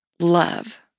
Love